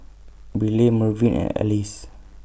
Briley Mervin and Alyce